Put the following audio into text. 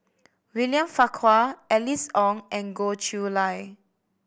William Farquhar Alice Ong and Goh Chiew Lye